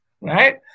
right